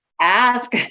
Ask